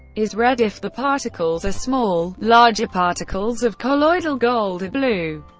is red if the particles are small larger particles of colloidal gold are blue.